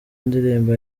ndirimbo